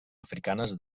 africanes